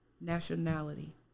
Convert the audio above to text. nationality